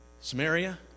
Samaria